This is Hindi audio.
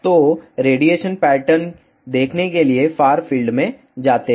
तो रेडिएशन पैटर्न देखने के लिए फार फील्ड में जाते हैं